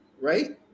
right